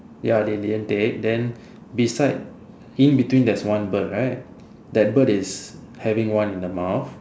ya they didn't take then beside in between there's one bird right that bird is having one in the mouth